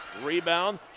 rebound